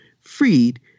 freed